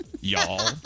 y'all